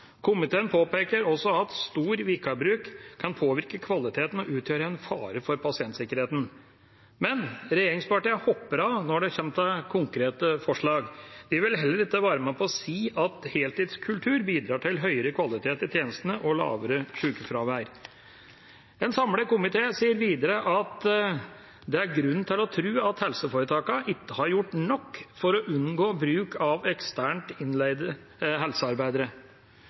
Komiteen påpeker også at stor vikarbruk kan påvirke kvaliteten og utgjøre en fare for pasientsikkerheten. Men regjeringspartiene hopper av når det kommer til konkrete forslag. De vil heller ikke være med på å si at heltidskultur bidrar til høyere kvalitet i tjenestene og lavere sykefravær. En samlet komité sier videre at det er grunn til å tro at helseforetakene ikke har gjort nok for å unngå bruk av eksternt innleide helsearbeidere.